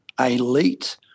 elite